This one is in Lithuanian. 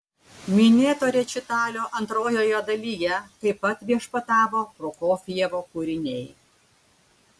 minėto rečitalio antrojoje dalyje taip pat viešpatavo prokofjevo kūriniai